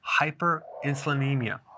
Hyperinsulinemia